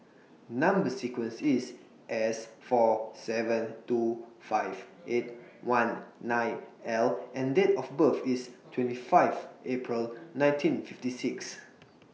Number sequence IS S four seven two five eight one nine L and Date of birth IS twenty five April nineteen fifty six